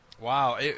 Wow